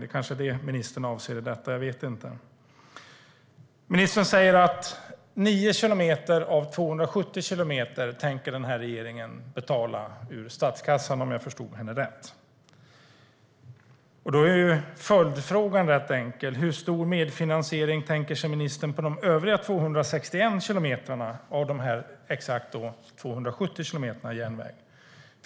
Det är kanske det ministern avser. Ministern säger att regeringen tänker betala 9 kilometer av 270 kilometer ur statskassan, om jag förstod henne rätt. Följdfrågan är enkel: Hur stor medfinansiering tänker sig ministern på de övriga 261 kilometerna av de exakt 270 kilometerna järnväg?